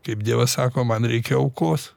kaip dievas sako man reikia aukos